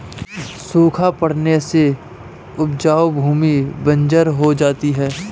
सूखा पड़ने से उपजाऊ भूमि बंजर हो जाती है